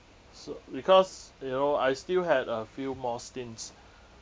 so because you know I still had a few more stints